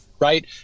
Right